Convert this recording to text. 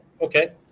Okay